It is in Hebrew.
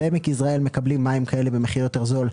בעמק יזרעאל מקבלים מים כאלה במחיר יותר זול,